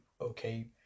okay